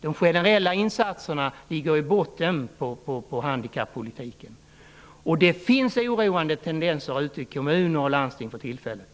De generella insatserna ligger i botten på handikappolitiken. Det finns oroande tendenser ute i kommuner och landsting för tillfället.